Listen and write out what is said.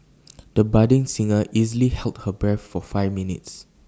the budding singer easily held her breath for five minutes